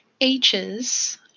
H's